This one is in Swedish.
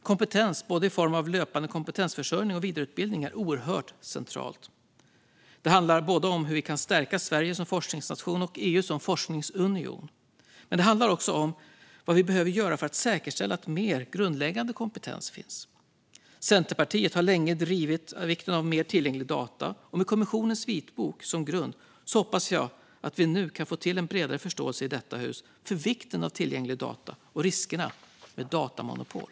Kompetens både i form av löpande kompetensförsörjning och i form av vidareutbildning är oerhört centralt. Det handlar om hur vi kan stärka både Sverige som forskningsnation och EU som forskningsunion. Men det handlar också om vad vi behöver göra för att säkerställa att mer grundläggande kompetens finns. Centerpartiet har länge drivit vikten av mer tillgängliga data, och med kommissionens vitbok som grund hoppas jag att vi i detta hus nu kan få en bredare förståelse för vikten av tillgängliga data och riskerna med datamonopol.